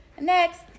Next